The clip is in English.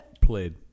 played